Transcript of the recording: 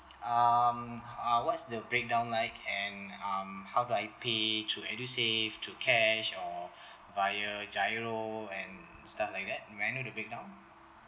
um uh what's the breakdown like and um how do I pay through edusave through cash or via GIRO and stuff like that may I know the breakdown